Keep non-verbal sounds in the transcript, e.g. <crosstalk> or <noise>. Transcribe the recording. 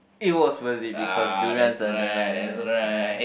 it was worth it because durians are damn nice <noise>